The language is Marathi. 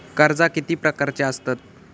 कर्जा किती प्रकारची आसतत